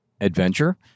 adventure